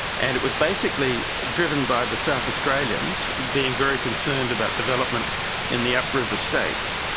and it was basically driven by the south australians being very concerned about development in the up-river states.